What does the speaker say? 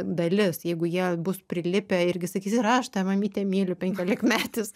dalis jeigu jie bus prilipę irgi sakysi ir aš tave mamyte myliu penkiolikmetis